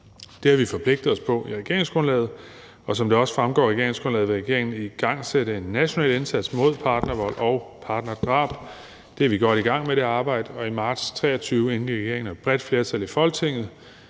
Det har vi forpligtet os på i regeringsgrundlaget, og som det også fremgår af regeringsgrundlaget, vil regeringen igangsætte en national indsats imod partnervold og partnerdrab. Det arbejde er vi godt i gang med, og i marts 2023 indgik regeringen og et bredt flertal i Folketinget